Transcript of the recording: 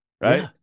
Right